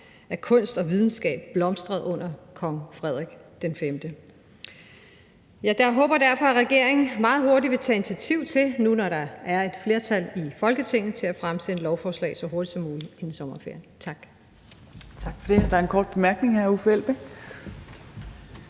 at kunst og videnskab blomstrede under kong Frederik V. Jeg håber derfor, at regeringen meget hurtigt, nu, hvor der er et flertal i Folketinget, vil tage initiativ til at fremsætte et lovforslag så hurtigt som muligt inden sommerferien. Tak.